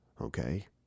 Okay